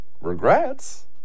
Regrets